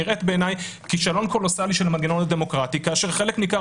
נראית בעיני כישלון קולוסאלי של המנגנון הדמוקרטי כאשר חלק ניכר